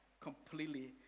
completely